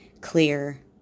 clear